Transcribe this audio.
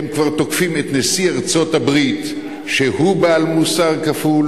הם כבר תוקפים את נשיא ארצות-הברית שהוא בעל מוסר כפול.